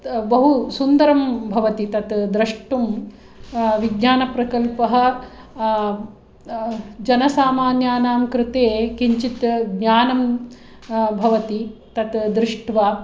बहुसुन्दरं भवति तत् द्रष्टुं विज्ञानप्रकल्पः जनसामान्यानां कृते किञ्चित् ज्ञानं भवति तत् दृष्ट्वा